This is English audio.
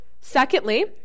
Secondly